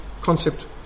concept